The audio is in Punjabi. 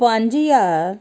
ਪੰਜ ਹਜ਼ਾਰ